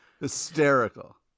hysterical